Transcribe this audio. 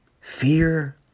fear